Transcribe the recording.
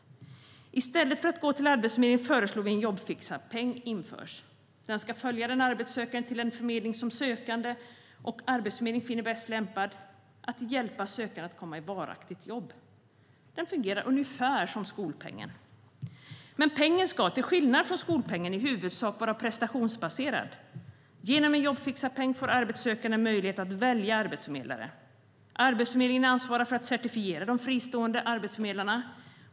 Vi föreslår att en jobbfixarpeng införs i stället för att man ska gå till Arbetsförmedlingen. Jobbfixarpengen ska följa den arbetssökande till den förmedling som sökanden och Arbetsförmedlingen finner bäst lämpad att hjälpa sökanden att komma i varaktigt jobb. Den ska fungera ungefär som skolpengen. Pengen ska dock, till skillnad från skolpengen, vara i huvudsak prestationsbaserad. Genom en jobbfixarpeng får arbetssökande möjlighet att välja arbetsförmedlare. Arbetsförmedlingen ansvarar för att certifiera de fristående arbetsförmedlarna.